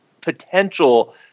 potential